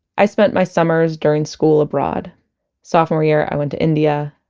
i spent my summers during school abroad sophomore year i went to india.